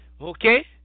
Okay